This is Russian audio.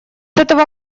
этого